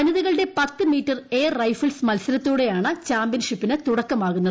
വനിതകളുടെ പത്ത് metre air rifles മത്സരത്തോടെയാണ് ചാമ്പ്യൻഷിപ്പിന് തുടക്കമാകുന്നത്